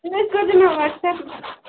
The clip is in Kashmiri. تُہۍ حظ کرۍزیٚو مےٚ واٹٕس ایٛپ